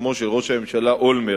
בשמו של ראש הממשלה אולמרט,